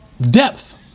depth